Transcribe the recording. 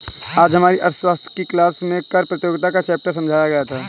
आज हमारी अर्थशास्त्र की क्लास में कर प्रतियोगिता का चैप्टर समझाया गया था